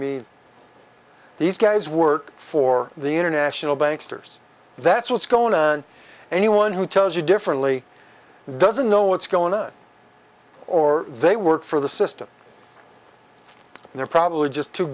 mean these guys work for the international banks toure's that's what's going on and anyone who tells you differently doesn't know what's going on or they work for the system and they're probably just too